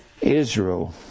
Israel